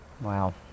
Wow